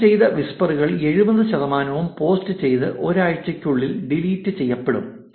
delete ചെയ്ത വിസ്പറുകൾ 70 ശതമാനവും പോസ്റ്റ് ചെയ്ത് ഒരാഴ്ചയ്ക്കുള്ളിൽ ഡിലീറ്റ് ചെയ്യപ്പെടും